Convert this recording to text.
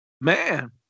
Man